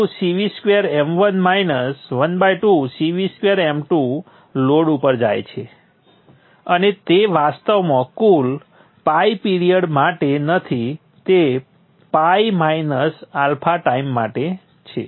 તેથી ½ CV2m1 ½ CV2m2 load ઉપર જાય છે અને તે વાસ્તવમાં ફુલ ᴨ પિરીઅડ માટે નથી તે ᴨ α ટાઈમ માટે છે